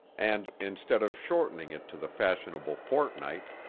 and, instead of shortening it to the fashionable fortnight,